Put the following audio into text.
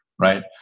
right